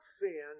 sin